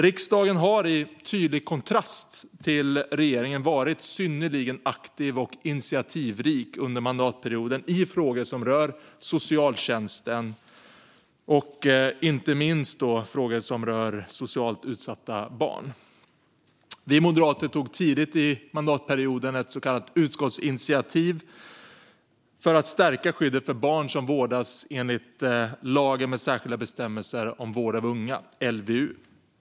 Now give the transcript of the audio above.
Riksdagen har, i tydlig kontrast till regeringen, varit synnerligen aktiv och initiativrik under mandatperioden i frågor som rör socialtjänsten. Det gäller inte minst frågor som rör socialt utsatta barn. Vi moderater tog tidigt i mandatperioden ett så kallat utskottsinitiativ för att stärka skyddet för barn som vårdas enligt lagen med särskilda bestämmelser om vård av unga, LVU.